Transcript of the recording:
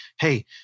Hey